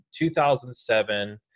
2007